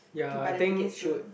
to buy the tickets soon